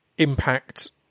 impact